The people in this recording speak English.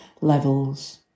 levels